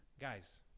guys